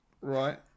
Right